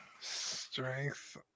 Strength